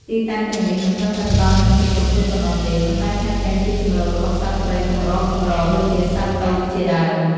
ទីតាំងទាំងនេះមិនត្រឹមតែផ្ដល់នូវភាពរំភើបប៉ុណ្ណោះទេ ប៉ុន្តែថែមទាំងជាជម្រករបស់សត្វព្រៃកម្រៗដូចជាសត្វទោចជាដើម។